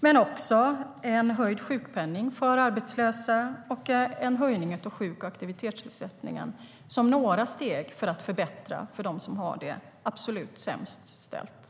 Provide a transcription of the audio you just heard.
Men vi föreslog också en höjning av sjukpenningen för arbetslösa och en höjning av sjuk och aktivitetsersättningen som några steg för att förbättra för dem som har det absolut sämst ställt.